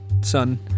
son